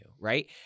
right